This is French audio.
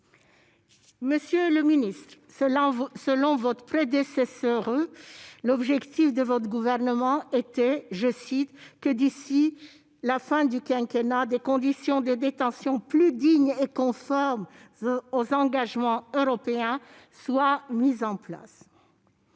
Monsieur le garde des sceaux, selon votre prédécesseure, l'objectif du Gouvernement était, je cite, que, « d'ici à la fin du quinquennat, des conditions de détention plus dignes et conformes aux engagements européens soient mises en place ».